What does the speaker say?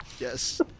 Yes